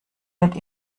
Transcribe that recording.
wird